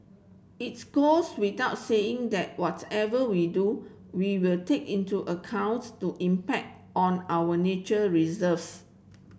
its goes without saying that whatever we do we will take into accounts to impact on our nature reserves